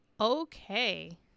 Okay